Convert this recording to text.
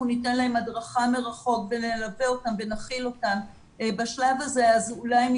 ניתן להם הדרכה מרחוק ונלווה אותם ונכיל אותם בשלב הזה אז אולי הם